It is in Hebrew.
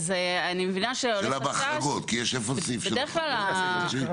איפה יש סעיף של החרגות?